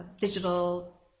digital